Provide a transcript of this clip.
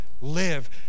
live